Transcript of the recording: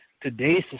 today's